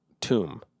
tomb